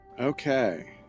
Okay